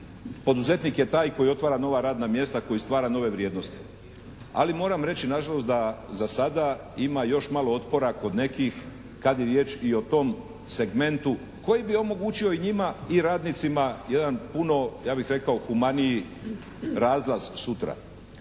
Poduzetnik je taj koji otvara nova radna mjesta, koji stvara nove vrijednosti. Ali moram reći na žalost da za sada ima još malo otpora kod nekih kada je riječ i o tom segmentu koji bi omogućio i njima i radnicima jedan puno ja bih rekao humaniji razlaz sutra.